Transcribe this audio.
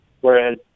Whereas